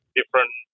different